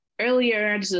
earlier